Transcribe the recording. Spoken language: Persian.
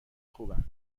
خوبم